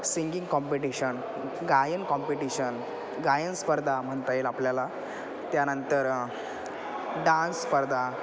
singing competition गायन competition गायन स्पर्धा म्हणता येईल आपल्याला त्यानंतर डान्स स्पर्धा